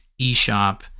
eShop